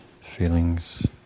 feelings